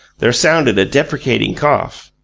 there sounded a deprecating, cough,